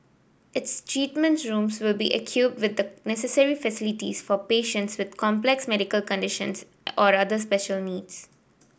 its treatment rooms will be equipped with the necessary facilities for patients with complex medical conditions or other special needs